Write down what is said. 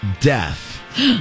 death